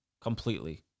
completely